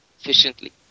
efficiently